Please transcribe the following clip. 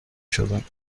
شدم